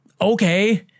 okay